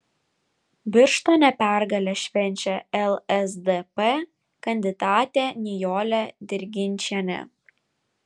birštone pergalę švenčia lsdp kandidatė nijolė dirginčienė